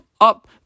up